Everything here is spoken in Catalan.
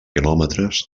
quilòmetres